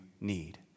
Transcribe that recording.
need